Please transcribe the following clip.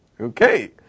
Okay